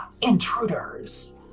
intruders